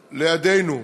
לידנו.